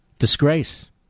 disgrace